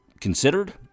considered